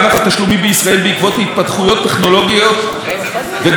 בישראל בעקבות התפתחויות טכנולוגיות וגלובליות.